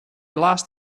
last